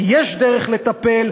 כי יש דרך לטפל,